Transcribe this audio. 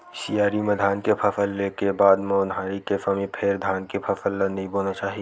सियारी म धान के फसल ले के बाद म ओन्हारी के समे फेर धान के फसल नइ बोना चाही